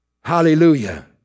Hallelujah